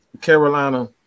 Carolina